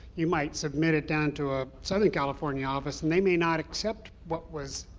you might submit it down to a southern california office they may not accept what was,